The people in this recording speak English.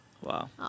Wow